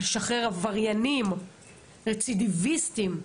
לשחרר עבריינים רצידיביסטים,